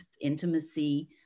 intimacy